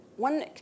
One